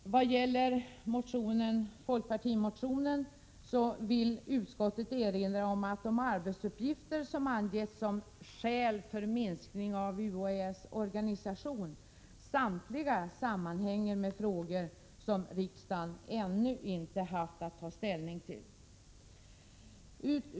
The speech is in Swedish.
I vad gäller den tidigare nämnda folkpartimotionen vill utskottet erinra om att samtliga de arbetsuppgifter som anges som skäl för minskning av UHÄ:s organisation sammanhänger med frågor som riksdagen ännu inte tagit ställning till.